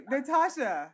Natasha